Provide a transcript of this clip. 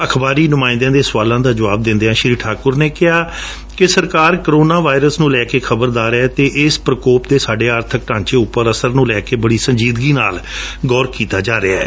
ਅਖਬਾਰੀ ਨੁਮਾਇੰਦਿਆਂ ਦੇ ਸਵਾਲਾਂ ਦਾ ਜਵਾਬ ਦਿੰਦਿਆਂ ਸ਼ੀ ਠਾਕੁਰ ਨੇ ਕਿਹਾ ਕਿ ਸਰਕਾਰ ਕੋਰੋਨਾ ਵਾਇਰਸ ਨੂੰ ਲੈਕੇ ਖਬਰਦਾਰ ਹੈ ਅਤੇ ਇਸ ਪ੍ਰਕੋਪ ਦੇ ਸਾਡੇ ਆਰਥਕ ਢਾਂਚੇ ਉਪਰ ਅਸਰ ਨੂੰ ਲੈਕੇ ਵਡੀ ਸੰਜੀਦਗੀ ਨਾਲ ਗੌਰ ਕੀਤਾ ਜਾ ਰਿਹੈ